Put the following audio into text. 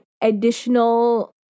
additional